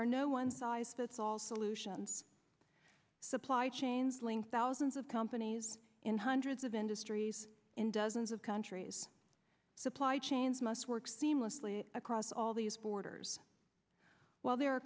are no one size fits all solutions supply chain link thousands of companies in hundreds of industries in dozens of countries supply chains must work seamlessly across all these borders while there are